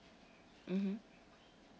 mmhmm